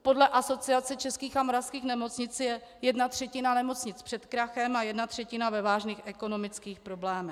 Podle Asociace českých a moravských nemocnic je jedna třetina nemocnic před krachem a jedna třetina ve vážných ekonomických problémech.